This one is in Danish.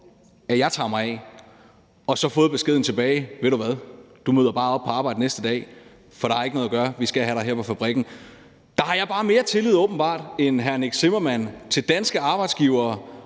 at jeg tager mig af, og så fået beskeden tilbage: Ved du hvad? Du møder bare op på arbejde næste dag, for der er ikke noget at gøre; vi skal have dig her på fabrikken. Der har jeg bare mere tillid, åbenbart, end hr. Nick Zimmermann til danske arbejdsgivere